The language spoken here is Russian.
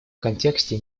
контексте